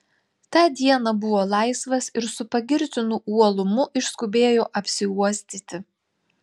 tą dieną buvo laisvas ir su pagirtinu uolumu išskubėjo apsiuostyti